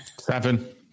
Seven